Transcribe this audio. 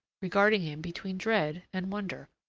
regarding him between dread and wonder.